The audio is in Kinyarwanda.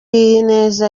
ineza